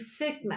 figma